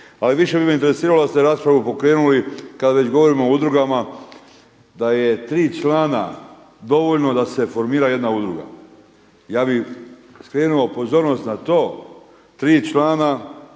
Ali više bi me interesiralo da ste raspravu pokrenuli kad već govorimo o udrugama da je tri člana dovoljno da se formira jedna udruga. ja bih skrenuo pozornost na to, tri člana,